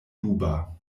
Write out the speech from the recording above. duba